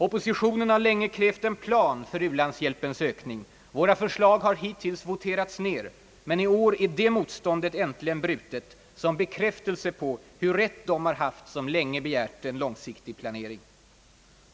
Oppositionen har länge krävt en plan för u-landshjälpen — våra förslag har hittills voterats ner, men i år är det motståndet äntligen brutet som bekräftelse på hur rätt de har haft som länge begärt en långsiktig planering.